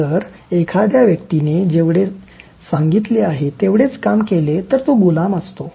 "जर एखाद्या व्यक्तीने जेवढे सांगितले आहे तेवढेच काम केले तर तो गुलाम असतो